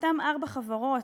אותן ארבע חברות,